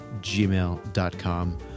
gmail.com